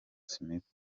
smith